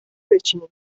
بچینی